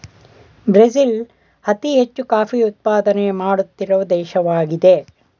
Brazil ಅತಿ ಹೆಚ್ಚು coffee ಉತ್ಪಾದನೆ ಮಾಡುತ್ತಿರುವ ದೇಶವಾಗಿದೆ